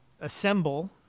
assemble